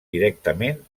directament